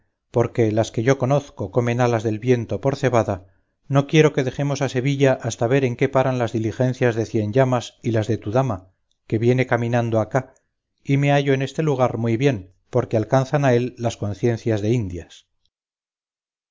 porque las que yo conozco comen alas del viento por cebada no quiero que dejemos a sevilla hasta ver en qué paran las diligencias de cienllamas y las de tu dama que viene caminando acá y me hallo en este lugar muy bien porque alcanzan a él las conciencias de indias